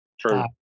True